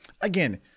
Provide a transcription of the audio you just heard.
Again